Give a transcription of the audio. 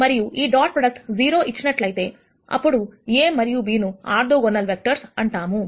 మరియు ఈ dot product 0 ఇచ్చినట్లయితే అప్పుడు A మరియు B ను ఆర్థోగోనల్ వెక్టర్స్ అంటాము